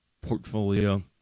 portfolio